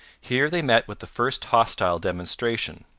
here they met with the first hostile demonstration.